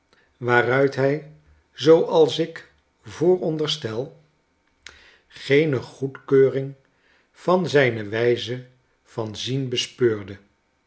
waaruit hij zooals ik vooronderstel geene goedkeuring van zijne wijze van zien bespeurde